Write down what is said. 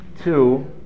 two